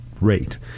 rate